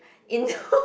into